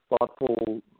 thoughtful